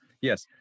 yes